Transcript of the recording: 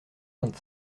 vingt